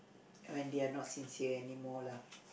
when they're not sincere anymore lah